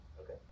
Okay